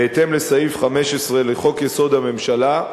בהתאם לסעיף 15 לחוק-יסוד: הממשלה,